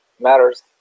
matters